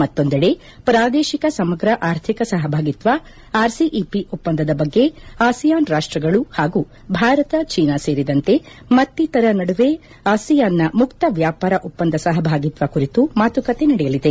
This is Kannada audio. ಮತ್ತೊಂದೆಡೆ ಪ್ರಾದೇಶಿಕ ಸಮಗ್ರ ಆರ್ಥಿಕ ಸಹಭಾಗಿತ್ವ ಆರ್ಸಿಇಪಿ ಒಪ್ಪಂದದ ಬಗ್ಗೆ ಆಸಿಯಾನ್ ರಾಷ್ಷಗಳು ಹಾಗೂ ಭಾರತ ಚೀನಾ ಸೇರಿದಂತೆ ಮತ್ತಿತರರ ನಡುವೆ ಆಸಿಯಾನ್ನ ಮುಕ್ತ ವ್ಯಾಪಾರ ಒಪ್ಪಂದ ಸಹಭಾಗಿತ್ವ ಕುರಿತು ಮಾತುಕತೆ ನಡೆಯಲಿದೆ